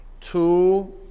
two